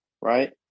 right